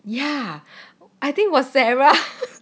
ya I think was the sarah